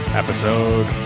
Episode